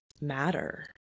matter